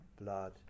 blood